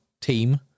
team